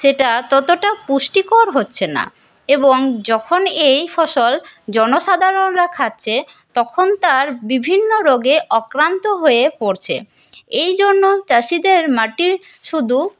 সেটা ততটা পুষ্টিকর হচ্ছে না এবং যখন এই ফসল জনসাধারণরা খাচ্ছে তখন তার বিভিন্ন রোগে আক্রান্ত হয়ে পড়ছে এইজন্য চাষিদের মাটির শুধু